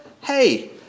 hey